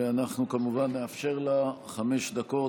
ואנחנו כמובן נאפשר לה חמש דקות.